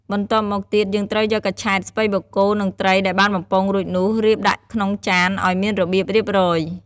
បន្ទាប់មកទៀត យើងត្រូវយកកញ្ឆែត ស្ពៃបូកគោ និងត្រីដែលបានបំពងរួចនោះរៀបដាក់ក្នុងចានឲ្យមានរបៀបរៀបរយ។